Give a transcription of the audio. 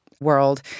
world